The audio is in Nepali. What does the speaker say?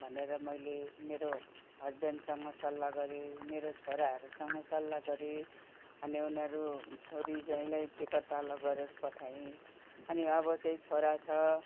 भनेर मैले मेरो हसबेन्डसँग सल्लाह गरेँ मेरो छोराहरूसँग सल्लाह गरेँ अनि उनीहरू छोरी जुवाइँलाई टिकाटोले गरेर पठाएँ अनि अब चाहिँ छोरा छ